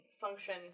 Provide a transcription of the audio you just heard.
function